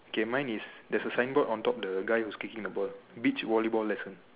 K mine is there's a signboard on top of the guy who's kicking the ball beach volleyball lesson